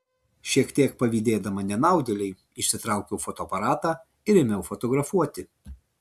šiek tiek pavydėdama nenaudėlei išsitraukiau fotoaparatą ir ėmiau fotografuoti